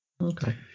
Okay